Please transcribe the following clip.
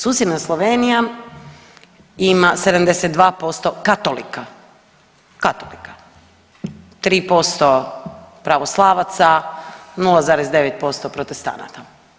Susjedna Slovenija ima 72% katolika, katolika, 3% pravoslavaca, 0,9% protestanata.